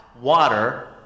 water